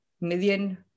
million